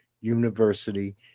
university